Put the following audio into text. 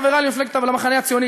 חברי ממפלגת המחנה הציוני,